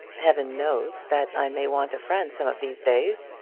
heaven knows that i may want a friend some of these days,